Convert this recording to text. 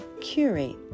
curate